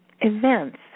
events